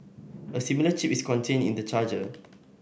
a similar chip is contained in the charger